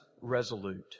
resolute